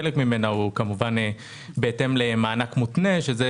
חלק ממנה הוא כמובן בהתאם למענק מותנה שזה